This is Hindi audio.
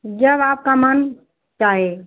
जब आपका मन चाहे